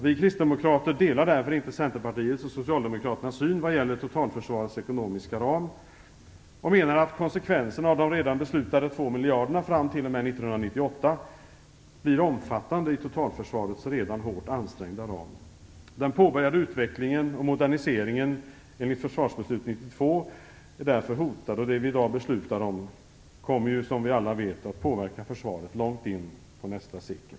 Vi kristdemokrater delar därför inte Centerpartiets och Socialdemokraternas syn vad gäller totalförsvarets ekonomiska ram och menar att konsekvenserna av de redan beslutade 2 miljarderna fram t.o.m. 1998 blir omfattande i totalförsvarets redan hårt ansträngda ram. Den påbörjade utvecklingen och moderniseringen enligt Försvarsbeslut 92 är därför hotad, och det vi i dag beslutar om kommer ju som vi alla vet att påverka försvaret långt in på nästa sekel.